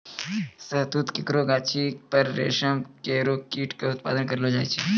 शहतूत केरो गाछी पर रेशम केरो कीट क उत्पादन करलो जाय छै